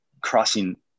crossing